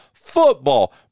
football